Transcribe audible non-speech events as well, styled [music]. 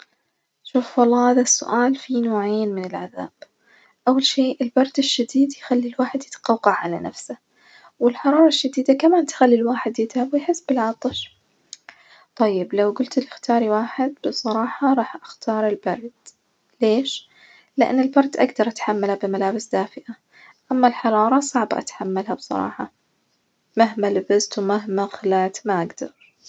شوف والله هذا السؤال فيه نوعين من العذاب، أول شي البرد الشديد يخلي الواحد يتقوقع على نفسه والحرارة الشديدة كمان تخلي الواحد يتعب ويحس بالعطش، [hesitation] طيب لو جولت لي اختاري واحد بصراحة راح أختار البرد، ليش؟ لإن البرد أقدر أتحمله بملابس دافئة, أما الحرارة صعب أتحملها بصراحة، مهما لبست ومهما خلعت ما أجدر.